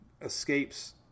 escapes